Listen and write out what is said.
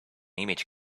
image